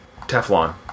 Teflon